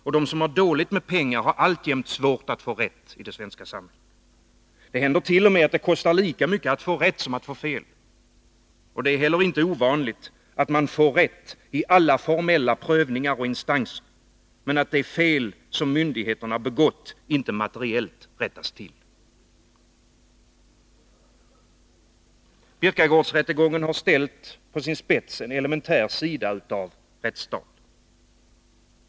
Och de som har dåligt med pengar har alltjämt svårt att få rätt i det svenska samhället. Det händert.o.m. att det kostar lika mycket att få rätt som att få fel. Och det är inte heller ovanligt att man får rätt i alla formella prövningar och i alla instanser men att det fel som myndigheter har begått inte materiellt rättas till. Birkagårdsrättegången har ställt på sin spets en elementär sida av rättsstaten.